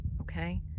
okay